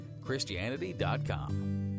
Christianity.com